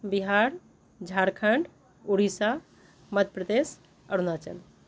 Bihar Jharkhand Orissa Madhya Pradesh Arunachal